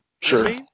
Sure